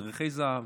מדריכי זה"ב,